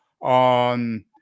on